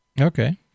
Okay